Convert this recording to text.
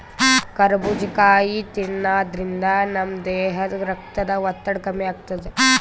ಕರಬೂಜ್ ಕಾಯಿ ತಿನ್ನಾದ್ರಿನ್ದ ನಮ್ ದೇಹದ್ದ್ ರಕ್ತದ್ ಒತ್ತಡ ಕಮ್ಮಿ ಆತದ್